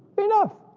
enough.